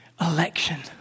election